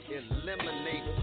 eliminate